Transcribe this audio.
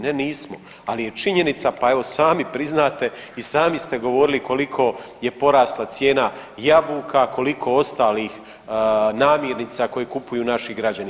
Ne nismo, ali je činjenica, pa evo sami priznate i sami ste govorili koliko je porasla cijena jabuka, koliko ostalih namirnica koje kupuju naši građani.